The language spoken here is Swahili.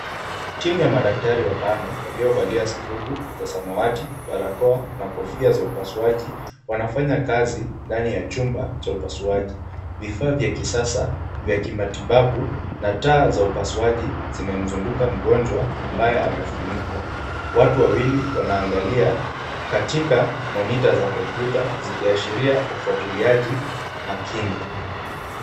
Timu ya madaktri watano waliovalia skrubu za samawati, barakoa na kofia za upasauaji wanafanya kazi ndani ya chumba cha upasauaji. Vifaa vya kisasa vya kimatibabu na taa za upasauaji zimemzunguka mgonjwa ambaye amefunikwa. Watu wawili wanaangalia katika monitor za kompyuta zikiashiria ufuatiliaji makini.